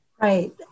Right